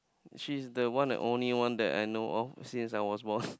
she's the one and only one that I know of since I was small